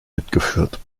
mitgeführt